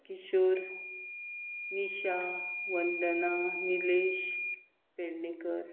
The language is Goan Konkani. किशोर निशा वंदना निलेश पेडणेकर